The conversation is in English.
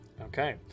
Okay